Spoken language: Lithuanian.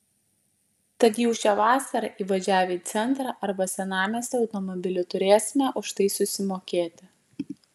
tad jau šią vasarą įvažiavę į centrą arba senamiestį automobiliu turėsime už tai susimokėti